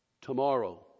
tomorrow